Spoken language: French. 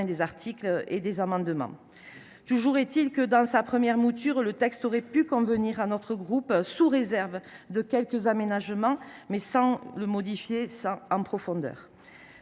des articles et des amendements. Toujours est il que, dans sa première mouture, le texte aurait pu convenir à notre groupe, sous réserve de quelques aménagements, mais sans modification en profondeur.